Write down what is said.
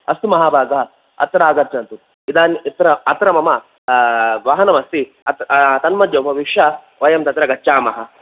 अस्तु महाभाग अत्र आगच्छतु इदानी इत्र अत्र मम वाहनमस्ति तन्मध्ये उपविश्य वयं तत्र गच्छामः